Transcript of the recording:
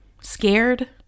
Scared